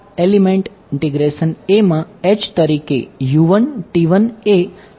element a માં H તરીકે લખવામાં આવશે